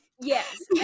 yes